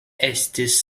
estis